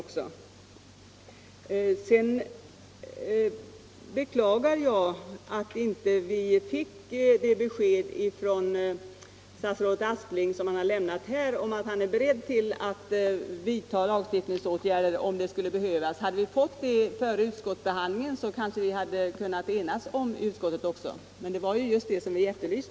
Jag beklagar att vi inte före utskottsbehandlingen fick det besked som statsrådet Aspling lämnade här, att han är beredd att vidta lagstiftningsåtgärder om så skulle behövas. I så fall hade vi kanske kunnat enas i utskottet.